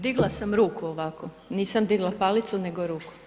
Digla sam ruku ovako, nisam digla palicu nego ruku.